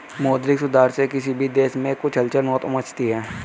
मौद्रिक सुधार से किसी भी देश में कुछ हलचल तो मचती है